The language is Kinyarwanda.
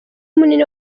munini